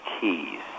keys